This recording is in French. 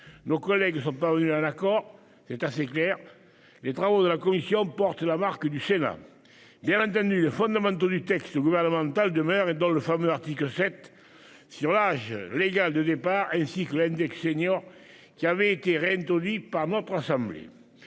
Nos collègues sont parvenus à un accord. C'est assez clair, les travaux de la commission portent la marque du Sénat. Bien entendu, les fondamentaux du texte gouvernemental demeurent, dont le fameux article 7 sur l'âge légal de départ, ainsi que l'index seniors, qui avait été réintroduit par notre assemblée.